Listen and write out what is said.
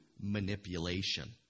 manipulation